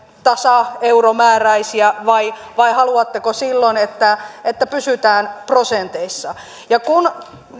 tasaeuromääräisiä vai vai haluatteko silloin että että pysytään prosenteissa ja kun